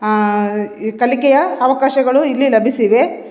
ಕಲಿಕೆಯ ಅವಕಾಶಗಳು ಇಲ್ಲಿ ಲಭಿಸಿವೆ